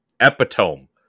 epitome